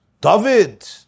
David